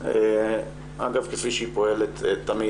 אגב כפי שהיא פועלת תמיד,